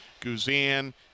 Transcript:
Guzan